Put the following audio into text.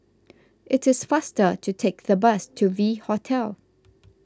it is faster to take the bus to V Hotel